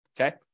Okay